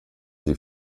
sie